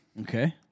Okay